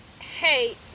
hey